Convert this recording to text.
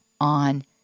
on